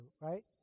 right